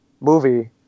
movie